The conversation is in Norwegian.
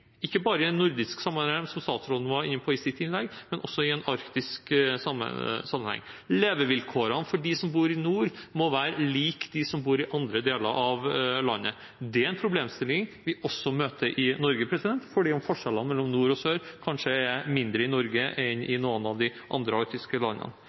ikke bare i nordisk samarbeid, som statsråden var inne på i sitt innlegg, men også i arktisk sammenheng. Levevilkårene for dem som bor i nord, må være like som for dem som bor i andre deler av landet. Det er en problemstilling vi også møter i Norge, selv om forskjellene mellom nord og sør kanskje er mindre i Norge enn i noen av de andre arktiske landene.